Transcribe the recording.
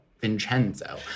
Vincenzo